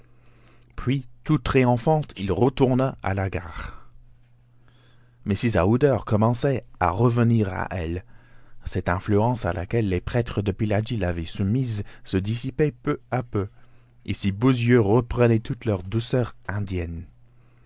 puis tout triomphant il retourna à la gare mrs aouda commençait à revenir à elle cette influence à laquelle les prêtres de pillaji l'avaient soumise se dissipait peu à peu et ses beaux yeux reprenaient toute leur douceur indienne